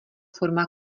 forma